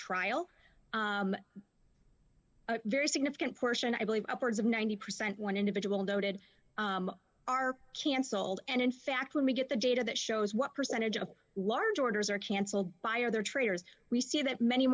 a very significant portion i believe upwards of ninety percent one individual noted are cancelled and in fact when we get the data that shows what percentage of large orders are chancel fire their traders we see that many